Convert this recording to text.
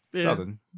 Southern